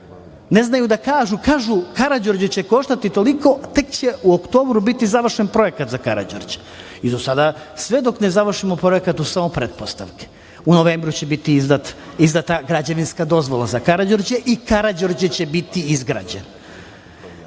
znaju da kažu, a kažu da će Karađorđe koštati toliko, a tek će u oktobru biti završen projekat za Karađorđa. Sve dok ne završimo projekat to su samo pretpostavke. U novembru će biti izdata građevinska dozvola za Karađorđa i Karađorđe će biti izgrađen. Pored